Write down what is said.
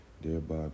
thereby